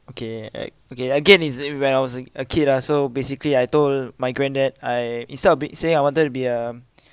okay like okay again it's uh when I was a kid ah so basically I told my granddad I instead of be~ saying I wanted to be um